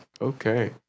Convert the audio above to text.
okay